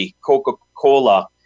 Coca-Cola